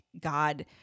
God